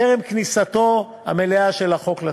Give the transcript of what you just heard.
טרם כניסתו המלאה של החוק לתוקף.